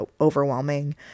overwhelming